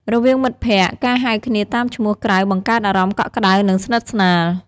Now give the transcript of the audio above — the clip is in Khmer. រវាងមិត្តភក្តិ ការហៅគ្នាតាមឈ្មោះក្រៅបង្កើតអារម្មណ៍កក់ក្ដៅ និងស្និទ្ធស្នាល។